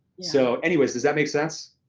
so anyways, does that make sense?